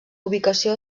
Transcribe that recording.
ubicació